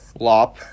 Lop